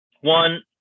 One